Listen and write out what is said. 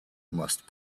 must